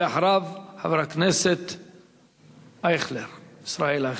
ואחריו, חבר הכנסת ישראל אייכלר.